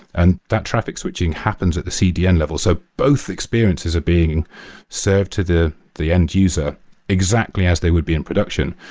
and that traffic switching happens at the cdn level. so both the experiences are being served to the the end user exactly as they would be in production.